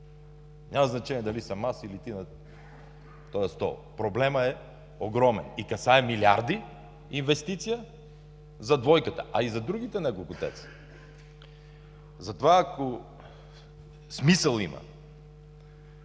Няма значение дали съм аз или ти на този стол. Проблемът е огромен, и касае милиарди инвестиция за двойката, а и за другите няколко ТЕЦ-а. Затова, ако има